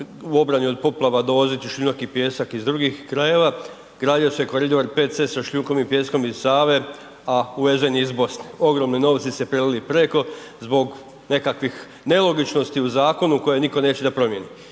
u obrani od poplava dovoziti šljunak i pijesak iz drugih krajeva. Gradio se koridor 5C sa šljunkom i pijeskom iz Save, a uvezen je iz Bosne. Ogromni novci se prelili preko zbog nekakvih nelogičnosti u zakonu koje nitko neće da promjeni.